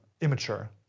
immature